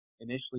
initially